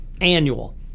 annual